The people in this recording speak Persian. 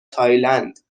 تایلند